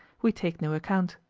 we take no account.